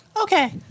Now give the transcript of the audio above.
Okay